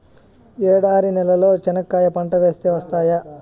ఎడారి నేలలో చెనక్కాయ పంట వేస్తే వస్తాయా?